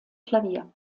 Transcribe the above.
klavier